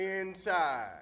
Inside